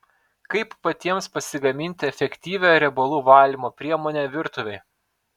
kaip patiems pasigaminti efektyvią riebalų valymo priemonę virtuvei